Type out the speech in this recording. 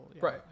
Right